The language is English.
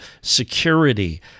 security